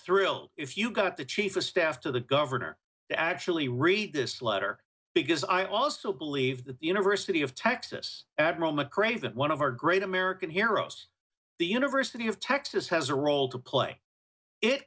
thrilled if you got the chief of staff to the governor to actually read this letter because i also believe that the university of texas admiral mcraven one of our great american heroes the university of texas has a role to play it